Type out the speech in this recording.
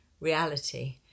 reality